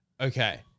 Okay